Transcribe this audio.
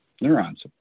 neurons